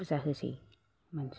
फुजा होसै मानसिफोरा